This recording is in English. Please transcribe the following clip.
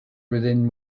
within